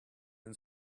and